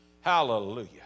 Hallelujah